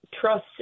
trust